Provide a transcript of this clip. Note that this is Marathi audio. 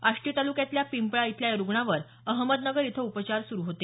आष्टी तालुक्यातल्या पिंपळा इथल्या या रुग्णावर अहमदनगर इथं उपचार सुरु होते